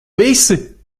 visi